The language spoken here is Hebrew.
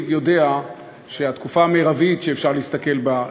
יודע שהתקופה המרבית שאפשר להסתכל בה,